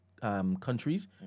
countries